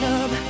up